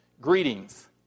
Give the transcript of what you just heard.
greetings